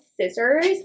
scissors